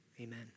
Amen